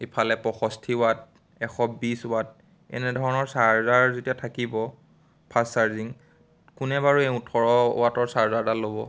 ইফালে পঁয়ষষ্ঠি ৱাট এশ বিছ ৱাট এনেধৰণৰ চাৰ্জাৰ যেতিয়া থাকিব ফাষ্ট চাৰ্জিং কোনে বাৰু এই ওঠৰ ৱাটৰ চাৰ্জাৰডাল ল'ব